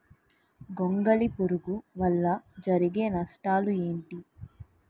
గొంగళి పురుగు వల్ల జరిగే నష్టాలేంటి?